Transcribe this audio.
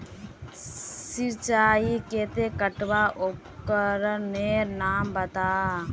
सिंचाईर केते एकटा उपकरनेर नाम बता?